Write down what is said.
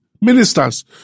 Ministers